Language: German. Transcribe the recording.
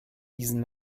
diesen